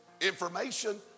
information